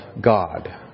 God